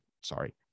sorry